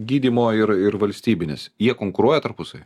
gydymo ir ir valstybinis jie konkuruoja tarpusavy